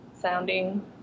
sounding